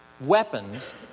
weapons